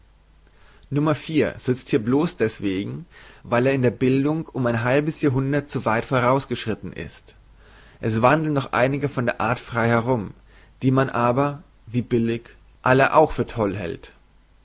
sizt hier blos deswegen weil er in der bildung um ein halbes jahrhundert zu weit vorausgeschritten ist es wandeln noch einige von der art frei herum die man aber wie billig alle auch für toll hält